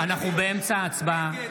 לא להפריע באמצע הצבעה.